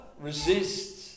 resists